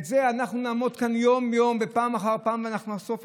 ואנחנו נעמוד כאן יום-יום ופעם אחר פעם ואנחנו נחשוף,